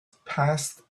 passed